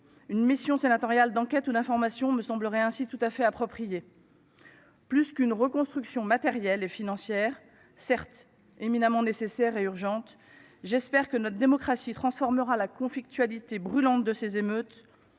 d’une mission d’information sénatoriale me semblerait tout à fait appropriée. Si la reconstruction matérielle et financière est éminemment nécessaire et urgente, j’espère que notre démocratie transformera la conflictualité brûlante de ces émeutes